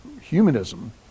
humanism